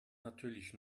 natürlich